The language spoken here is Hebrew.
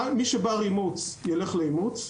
מי שבר אימוץ ילך לאימוץ.